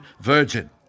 virgin